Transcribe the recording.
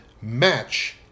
match